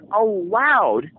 allowed